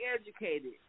educated